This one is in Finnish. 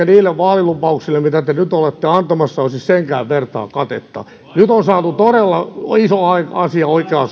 niille vaalilupauksille mitä te nyt olette antamassa olisi senkään vertaa katetta nyt on saatu todella iso asia oikeaan